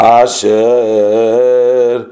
asher